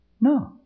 No